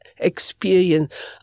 experience